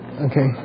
okay